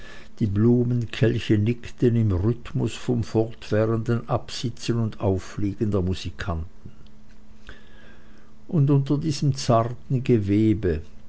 die blumenkelche nickten im rhythmus vom fortwährenden absitzen und auffliegen der musikanten und unter diesem zarten gewebe